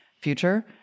future